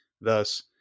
Thus